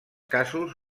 casos